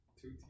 Two